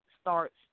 starts